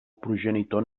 progenitor